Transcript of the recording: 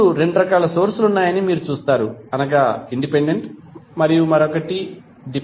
ఇప్పుడు రెండు రకాలైన సోర్స్ లు ఉన్నాయని మీరు చూస్తారు అనగా ఇండిపెండెంట్ మరియు మరొకటి డిపెండెంట్